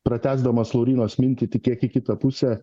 pratęsdamas laurynos mintį tik kiek į kitą pusę